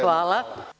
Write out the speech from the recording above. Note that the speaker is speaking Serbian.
Hvala.